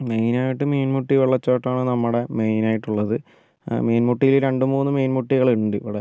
main ആയിട്ട് മീൻമുട്ടി വെള്ളച്ചാട്ടം ആണ് നമ്മുടെ മെയിൻ ആയിട്ട് ഉള്ളത് മീൻമുട്ടി രണ്ട് മൂന്ന് മീൻമുട്ടികൾ ഉണ്ട് ഇവിടെ